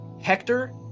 Hector